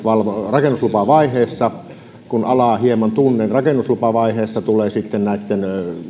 rakennuslupavaiheessa alaa hieman tunnen eli rakennuslupavaiheessa tulee sitten näitten